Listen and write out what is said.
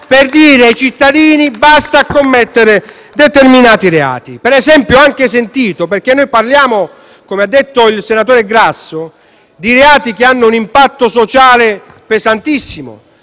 per dire ai cittadini «basta commettere determinati reati». Noi parliamo, come ha detto il senatore Grasso, di reati che hanno un impatto sociale pesantissimo.